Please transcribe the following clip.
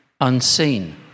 unseen